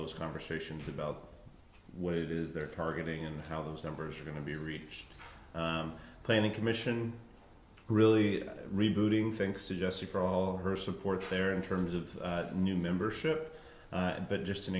those conversations about what it is they're targeting and how those numbers are going to be reached planning commission really rebuilding think suggested for all her support there in terms of new membership but just an